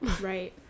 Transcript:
right